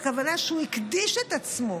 הכוונה היא שהוא הקדיש את עצמו,